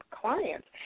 clients